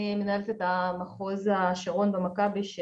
אני מנהלת את מחוז השרון במכבי.